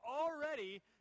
already